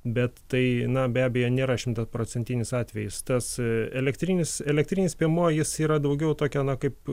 bet tai na be abejo nėra šimtaprocentinis atvejis tas elektrinis elektrinis piemuo jis yra daugiau tokio na kaip